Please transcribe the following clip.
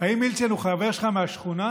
האם מילצ'ן הוא חבר שלך מהשכונה,